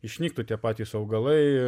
išnyktų tie patys augalai